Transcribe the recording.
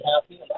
happy